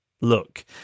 look